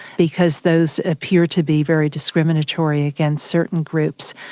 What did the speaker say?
because those appear to be very discriminatory against certain groups,